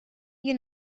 you